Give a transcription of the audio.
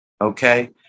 okay